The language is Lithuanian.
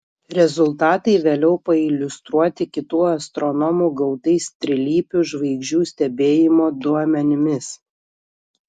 rezultatai vėliau pailiustruoti kitų astronomų gautais trilypių žvaigždžių stebėjimo duomenimis